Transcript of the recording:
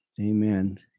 Amen